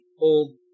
old